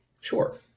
Sure